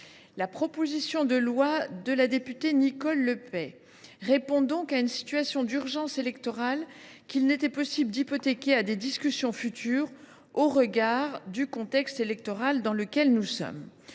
La proposition de loi de la députée Nicole Le Peih répond donc à une situation d’urgence électorale, qu’il n’était pas possible de renvoyer à des discussions futures au regard du contexte électoral dans lequel nous sommes.